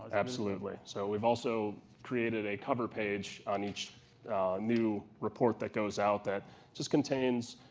absolutely. so we've also created a cover page on each new report that goes out that just contains